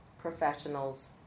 professionals